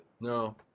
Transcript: No